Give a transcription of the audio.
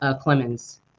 Clemens